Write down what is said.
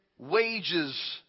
Wages